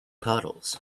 puddles